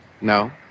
No